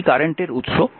এটি কারেন্টের উৎস